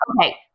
okay